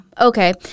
okay